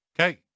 Okay